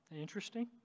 Interesting